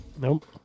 Nope